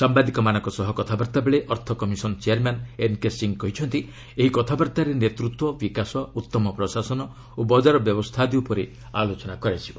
ସାମ୍ବାଦିକମାନଙ୍କ ସହ କଥାବାର୍ତ୍ତା ବେଳେ ଅର୍ଥ କମିଶନ୍ ଚେୟାର୍ମ୍ୟାନ୍ ଏନ୍କେ ସିଂହ କହିଛନ୍ତି ଏହି କଥାବାର୍ତ୍ତାରେ ନେତୃତ୍ୱ ବିକାଶ ଉତ୍ତମ ପ୍ରଶାସନ ଓ ବଜାର ବ୍ୟବସ୍ଥା ଆଦି ଉପରେ ଆଲୋଚନା ହେବ